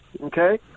Okay